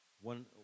one